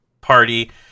party